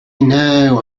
know